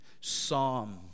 Psalm